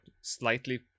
slightly